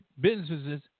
businesses